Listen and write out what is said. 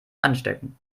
anstecken